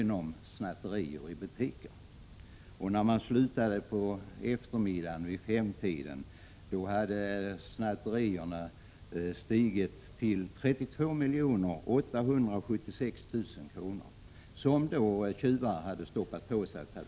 När man slutade vid 5-tiden på eftermiddagen hade det snattats för 32 876 000 kr. Så mycket hade alltså tjuvarna stoppat på sig.